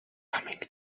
coming